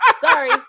Sorry